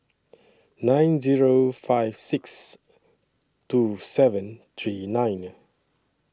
nine Zero five six two seven three nine